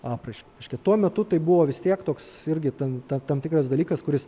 apraišką reiškia tuo metu tai buvo vis tiek toks irgi ten ta tam tikras dalykas kuris